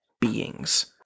beings